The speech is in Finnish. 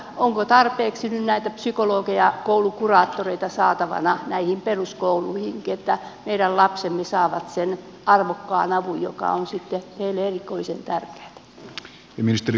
onko tarpeeksi nyt näitä psykologeja koulukuraattoreita saatavana näihin peruskouluihinkin että meidän lapsemme saavat sen arvokkaan avun joka on heille sitten erikoisen tärkeätä